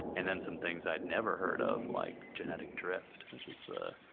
and then some things i'd never heard of, like genetic drift, which is the,